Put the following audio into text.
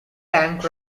tank